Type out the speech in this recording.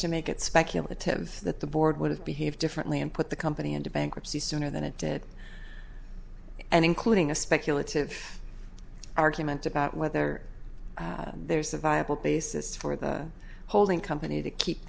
to make it speculative that the board would have behaved differently and put the company into bankruptcy sooner than it did and including a speculative argument about whether there's a viable basis for the holding company to keep